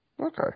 Okay